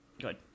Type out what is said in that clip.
Good